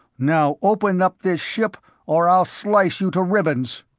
now open up this ship or i'll slice you to ribbons.